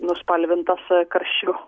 nuspalvintas karščiu